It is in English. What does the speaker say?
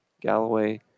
Galloway